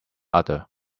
udder